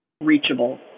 reachable